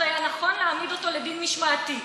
היה נכון להעמיד אותו לדין משמעתי.